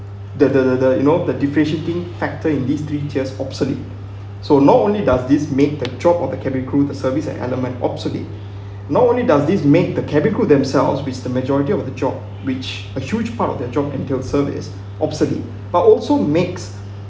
the the the the you know the differentiating factor in these three tiers obsolete so not only does this make the job of the cabin crew the service and element obsolete not only does this make the cabin crew themselves with the majority of the job which a huge part of their job entail service obsolete but also makes